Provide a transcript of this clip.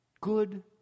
good